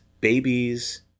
babies